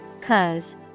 cause